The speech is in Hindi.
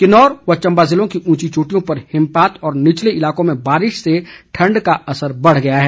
किन्नौर व चंबा ज़िलों की ऊंची चोटियों पर हिमपात और निचले इलाकों में बारिश से ठण्ड का असर बढ़ गया है